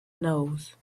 nose